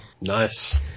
nice